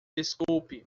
desculpe